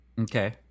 Okay